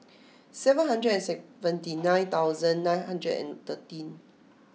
seven hundred and seventy nine thousand nine hundred and thirteen